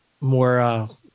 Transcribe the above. more